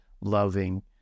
loving